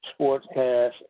sportscast